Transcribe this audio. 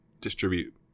distribute